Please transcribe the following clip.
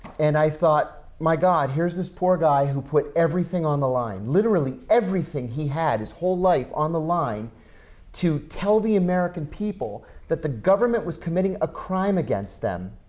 and i thought, my god! here's this poor guy who put everything on the line literally everything he had, his whole life on the line to tell the american people that the government was committing a crime against them.